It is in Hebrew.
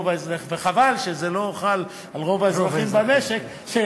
וחבל שזה לא חל על רוב האזרחים במשק,